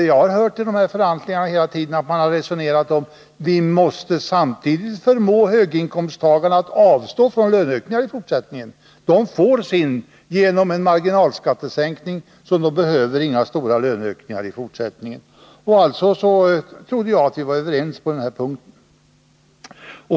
Jag har hela tiden hört att man har resonerat om att vi måste förmå höginkomsttagarna att avstå från löneökningar i fortsättningen, eftersom de får sitt genom marginalskattesänkningen och inte behöver stora löneökningar. Jag trodde alltså att vi var överens på den punkten.